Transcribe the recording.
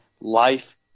life